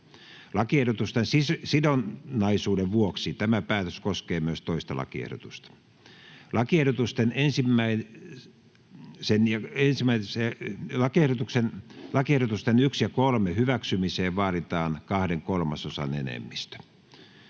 Lakiehdotusten sidonnaisuuden vuoksi tämä päätös koskee myös 2. lakiehdotusta. Lakiehdotusten 1 ja 3 hyväksymiseen vaaditaan kahden kolmasosan enemmistö.